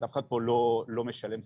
זאת אומרת, אף אחד פה לא לא משלם חשמל.